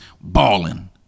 Balling